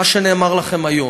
מה שנאמר לכם היום: